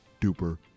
duper